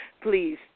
Please